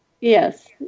Yes